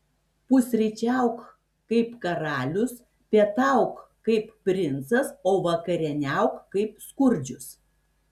pusryčiauk kaip karalius pietauk kaip princas o vakarieniauk kaip skurdžius